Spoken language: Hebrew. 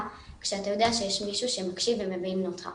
כשאתה יודע שיש מישהו שמקשיב ומבין אותך